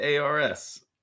ARS